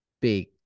big